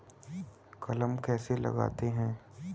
कलम कैसे लगाते हैं?